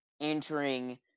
entering